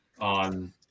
on